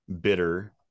bitter